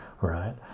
right